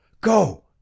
Go